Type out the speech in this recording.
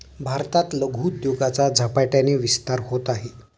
भारतात लघु उद्योगाचा झपाट्याने विस्तार होत आहे